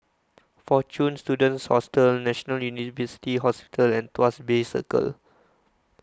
Fortune Students Hostel National University Hospital and Tuas Bay Circle